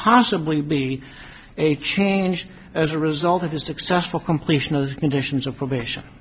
possibly be a change as a result of the successful completion of the conditions of probation